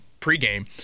pregame